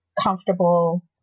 comfortable